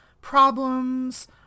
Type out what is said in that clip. problems